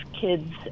kids